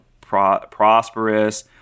prosperous